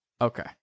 okay